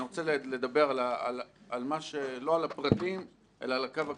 אני לא רוצה לדבר על הפרטים אלא על הקו הכללי.